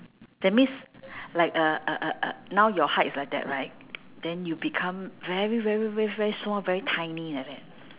that means like uh uh uh uh now your height is like that right then you become very very very very small very tiny like that